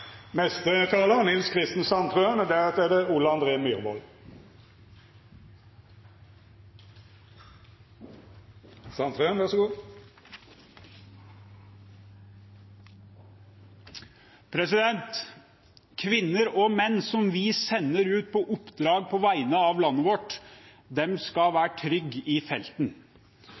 Kvinner og menn som vi sender ut på oppdrag på vegne av landet vårt, skal være trygge i felten.